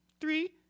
Three